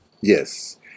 Yes